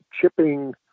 chipping